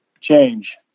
change